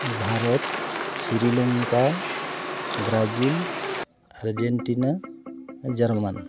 Bharat Sri Lanka Brazil Argentina Jarman